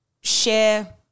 share